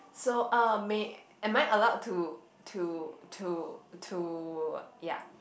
so uh may am I allow to to to to ya